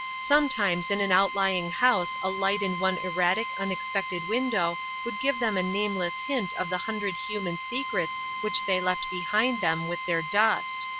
sometimes in an outlying house a light in one erratic, unexpected window would give them a nameless hint of the hundred human secrets which they left behind them with their dust.